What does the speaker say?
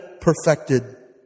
perfected